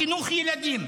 חינוך ילדים,